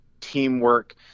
teamwork